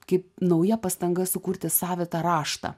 kaip nauja pastanga sukurti savitą raštą